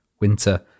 winter